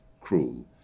cruel